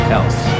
else